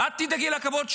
את תדאגי לכבוד שלך.